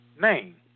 name